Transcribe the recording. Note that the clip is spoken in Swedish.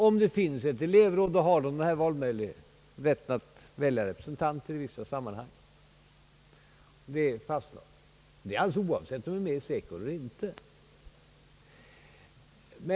Om det finns ett elevråd så har detta möjligheten att välja representanter i vissa sammanhang — det är fastslaget — och detta alldeles oavsett om rådet är med i SECO eller inte.